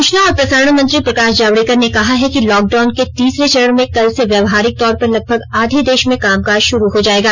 सूचना और प्रसारण मंत्री प्रकाश जावड़ेकर ने कहा है कि लॉकडाउन के तीसरे चरण में कल से व्यावहारिक तौर पर लगभग आधे देश में काम काज शुरू हो जाएगा